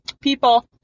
People